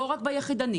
לא רק בדואר היחידני,